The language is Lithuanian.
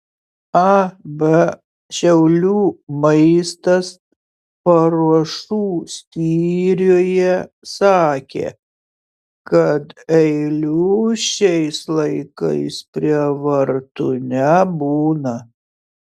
ab šiaulių maistas paruošų skyriuje sakė kad eilių šiais laikais prie vartų nebūna